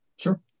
Sure